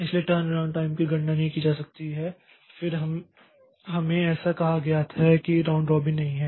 इसलिए turnaround time की गणना नहीं की जा सकती है और फिर हमें ऐसा कहा गया है यह राउंड रॉबिन नहीं है